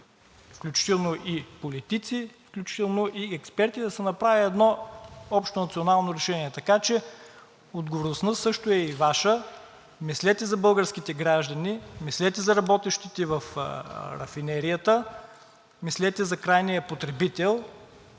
включително и политици, включително и експерти, да се направи едно общонационално решение. Така че отговорността също е и Ваша. Мислете за българските граждани. Мислете за работещите в рафинерията. Мислете за крайния потребител,